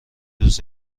روز